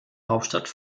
hauptstadt